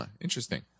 Interesting